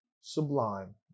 Sublime